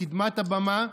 לקדמת הבמה,